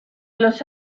los